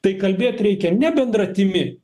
tai kalbėt reikia ne bendratimi